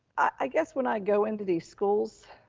i guess when i go into these schools,